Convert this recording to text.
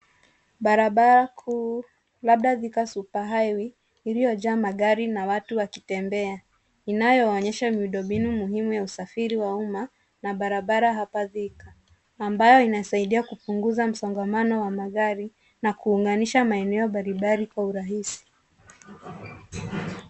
Barabara kuu labda Thika Superhighway iliyojaa magari na watu wakitembea, inayoonyesha miundombinu muhimu ya usafiri wa umma na barabara hapa Thika. Ambayo inasaidia kupunguza msongamano wa magari na kuunganisha maeneo mbalimbali kwa urahisi.